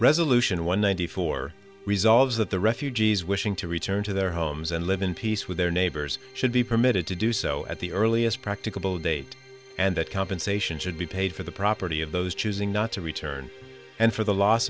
resolution one ninety four resolved that the refugees wishing to return to their homes and live in peace with their neighbors should be permitted to do so at the earliest practicable date and that compensation should be paid for the property of those choosing not to return and for the loss